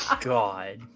God